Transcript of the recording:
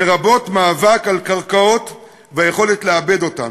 לרבות מאבק על קרקעות ועל היכולת לעבד אותן.